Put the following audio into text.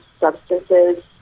substances